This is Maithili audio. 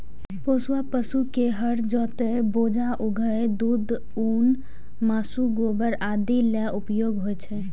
पोसुआ पशु के हर जोतय, बोझा उघै, दूध, ऊन, मासु, गोबर आदि लेल उपयोग होइ छै